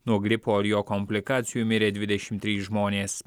nuo gripo ar jo komplikacijų mirė dvidešimt trys žmonės